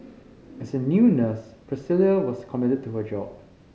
as a new nurse Priscilla was committed to her job